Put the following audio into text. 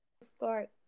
start